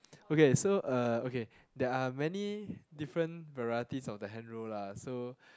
okay so uh okay there are many different varieties of the hand roll lah so